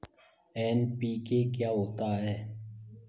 NPK क्या होता है?